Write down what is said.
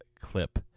clip